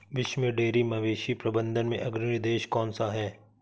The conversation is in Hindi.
विश्व में डेयरी मवेशी प्रबंधन में अग्रणी देश कौन सा है?